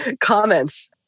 comments